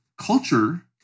culture